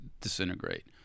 disintegrate